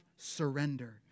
surrender